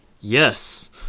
Yes